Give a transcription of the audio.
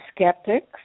skeptics